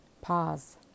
Pause